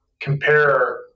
compare